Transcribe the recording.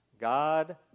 God